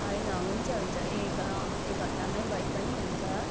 होइन हुन्छ हुन्छ एक घ एक घन्टामै भए पनि हुन्छ